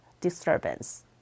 disturbance